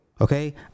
okay